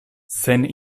sen